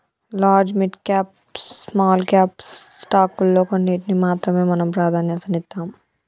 large, mid cap, small cap స్టాకుల్లో కొన్నిటికి మాత్రమే మనం ప్రాధన్యతనిత్తాం